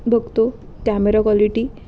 बघतो camera quality